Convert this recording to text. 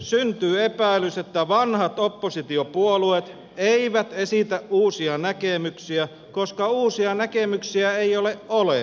syntyy epäilys että vanhat oppositiopuolueet eivät esitä uusia näkemyksiä koska uusia näkemyksiä ei ole olemassa